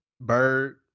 Bird